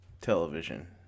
television